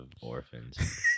orphans